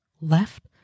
left